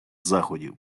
заходів